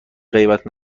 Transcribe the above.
غیبت